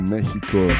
Mexico